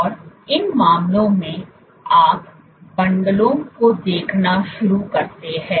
और इन मामलों में आप बंडलों को देखना शुरू करते हैं